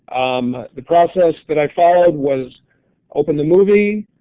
um the process that i followed was open the movie,